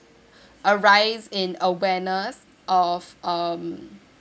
a rise in awareness of um